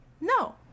No